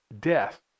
death